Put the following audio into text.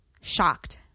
Shocked